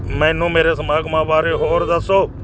ਮੈਨੂੰ ਮੇਰੇ ਸਮਾਗਮਾਂ ਬਾਰੇ ਹੋਰ ਦੱਸੋ